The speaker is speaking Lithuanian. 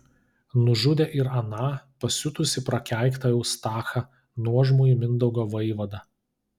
nužudė ir aną pasiutusį prakeiktą eustachą nuožmųjį mindaugo vaivadą